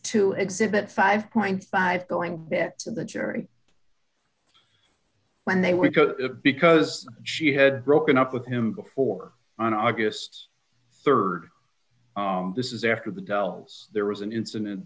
to exhibit five point five going back to the jury when they went to because she had broken up with him before on august rd this is after the bells there was an incident